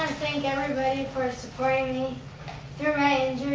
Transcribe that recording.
thank everybody for supporting me through my